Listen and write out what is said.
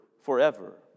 forever